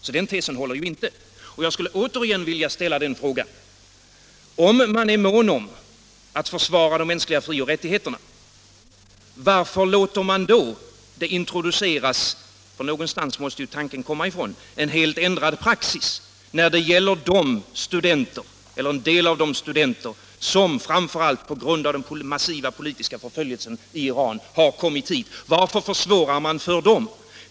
Så tesen om detta håller inte. Jag skulle återigen vilja ställa frågan: Är man mån om att försvara de mänskliga frioch rättigheterna, varför låter man det då introduceras —- för någonstans måste ju tanken komma ifrån — en helt ändrad praxis när det gäller en del av de studenter som framför allt på grund av den massiva politiska förföljelsen i Iran har kommit hit? Varför försvårar man för dem?